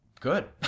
good